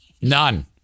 None